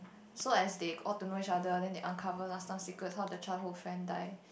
so as they got to know each other then they uncover last time secret how the childhood friend die